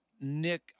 Nick